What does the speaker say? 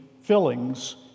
fillings